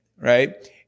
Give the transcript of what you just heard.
right